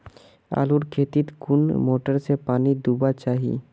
आलूर खेतीत कुन मोटर से पानी दुबा चही?